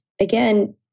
again